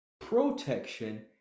protection